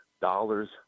dollars